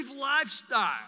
lifestyle